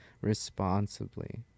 responsibly